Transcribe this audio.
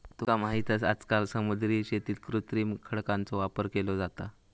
तुका माहित हा आजकाल समुद्री शेतीत कृत्रिम खडकांचो वापर केलो जाता